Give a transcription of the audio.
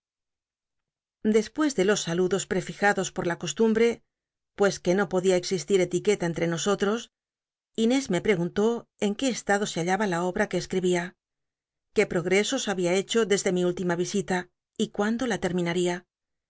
de mes de los saludos prefijados por la costumbte pues que no podia existir etiqueta entre nosottos inés me preguntó en qué estado se hallaba la obta que esctibia qué ptogresos babia hecho desde mi última yisita y cuündo la